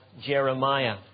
Jeremiah